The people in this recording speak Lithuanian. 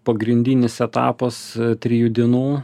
pagrindinis etapas trijų dienų